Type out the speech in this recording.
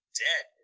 dead